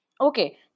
Okay